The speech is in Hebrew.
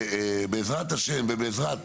בעזרת השם ובעזרת